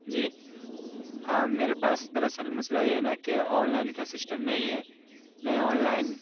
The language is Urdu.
جی ہاں میرے پاس دراصل مسئلہ یہ ہے نا کہ آن لائن کا سسٹم نہیں ہے میں آن لائن